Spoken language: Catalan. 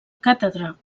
càtedra